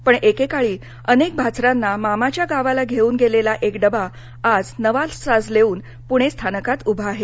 पण एकेकाळी अनेक भाचरांना मामाच्या गावाला घेऊन गेलेला एक डबा आज नवा साज लेऊन पुणे स्थानकात उभा आहे